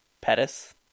Pettis